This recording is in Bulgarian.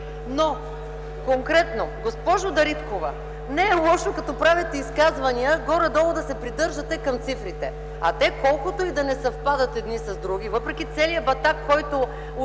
сега конкретно. Госпожо Дариткова, не е лошо когато правите изказвания, горе-долу да се придържате към цифрите. А те колкото и да не съвпадат едни с други, въпреки целия батак, който успяха